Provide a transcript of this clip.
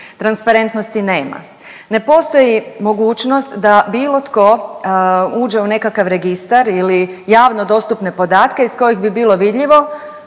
Transparentnosti nema. Ne postoji mogućnost da bilo tko uđe u nekakav registar ili javno dostupne podatke iz kojih bi bilo vidljivo